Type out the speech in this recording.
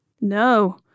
no